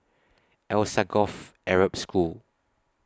Alsagoff Arab School